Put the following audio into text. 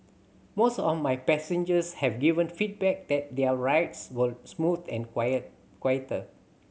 most of my passengers have given feedback that their rides were smooth and quiet quieter